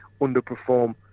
underperform